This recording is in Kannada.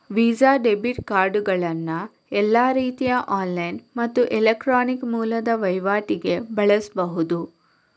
ವೀಸಾ ಡೆಬಿಟ್ ಕಾರ್ಡುಗಳನ್ನ ಎಲ್ಲಾ ರೀತಿಯ ಆನ್ಲೈನ್ ಮತ್ತು ಎಲೆಕ್ಟ್ರಾನಿಕ್ ಮೂಲದ ವೈವಾಟಿಗೆ ಬಳಸ್ಬಹುದು